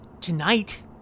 tonight